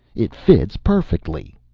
it fits perfectly!